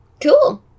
cool